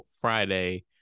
Friday